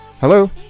Hello